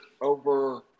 over